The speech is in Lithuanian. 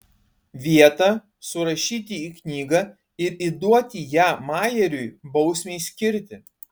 vietą surašyti į knygą ir įduoti ją majeriui bausmei skirti